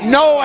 no